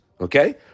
okay